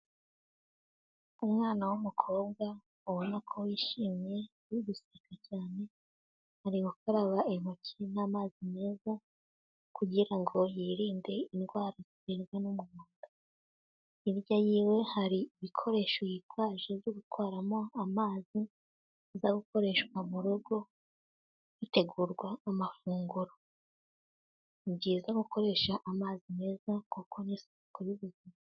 Umwana w'umukobwa ubona ko wishimye uri guseka cyane, ari gukaraba intoki n'amazi meza, kugirango yirinde indwara ziterwa n'umwanda, hirya yiwe hari ibikoresho yitwaje byo gutwaramo amazi, aza gukoreshwa mu rugo hategurwa amafunguro, ni byiza gukoresha amazi meza kuko ni isuku.